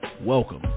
welcome